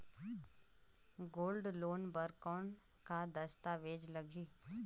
Gold loan बर कौन का दस्तावेज लगही?